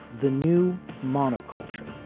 the new monoculture